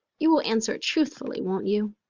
you will answer it truthfully, won't you?